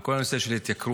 על כל הנושא של ההתייקרות